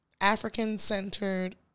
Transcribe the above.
African-centered